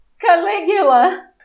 Caligula